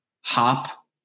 Hop